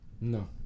No